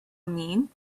mean